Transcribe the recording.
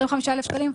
25,000 שקלים,